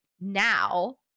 now